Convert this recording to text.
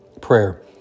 Prayer